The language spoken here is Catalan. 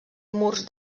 murs